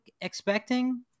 expecting